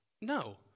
no